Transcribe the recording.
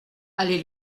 allez